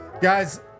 guys